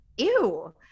ew